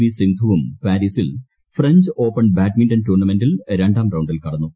V സിന്ധുവും പാരീസിൽ French Open badminton ടൂർണമെന്റിൽ രണ്ടാം റൌണ്ടിൽ കടന്നു